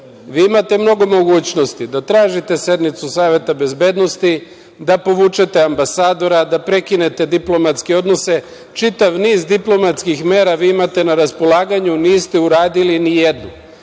Vi imate mnogo mogućnosti: da tražite sednicu Saveta bezbednosti, da povučete ambasadora, da prekinete diplomatske odnose, čitav niz diplomatskih mera vi imate na raspolaganju, niste uradili ni jedan,